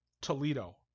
Toledo